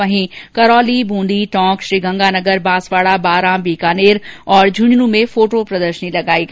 वहीं करौली बूंदी टोंक श्रीगंगागनर बांसवाड़ा बारां बीकानेर और झुंझुनूं में फोटो प्रदर्शनी लगाई गई है